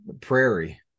prairie